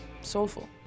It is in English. soulful